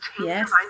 yes